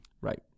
Right